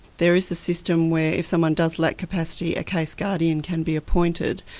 there is a system where if someone does lack capacity a case guardian can be appointed,